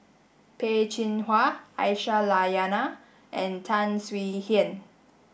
Peh Chin Hua Aisyah Lyana and Tan Swie Hian